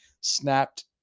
snapped